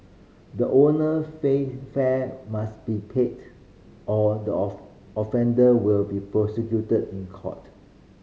the owner fare must be paid or the of offender will be prosecuted in court